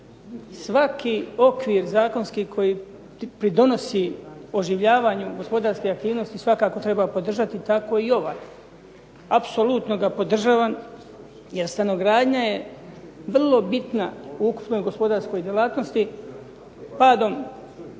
okvir zakonski koji pridonosi oživljavanju gospodarske aktivnosti svakako treba podržati, tako i ovaj. Apsolutno ga podržavam jer stanogradnja je vrlo bitna u ukupnoj gospodarskoj djelatnosti padom